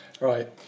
right